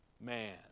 man